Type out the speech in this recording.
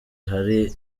hari